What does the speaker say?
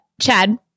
Chad